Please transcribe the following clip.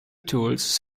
tools